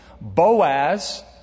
Boaz